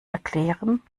erklären